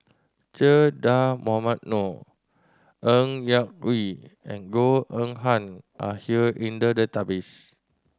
Che Dah Mohamed Noor Ng Yak Whee and Goh Eng Han are here in the database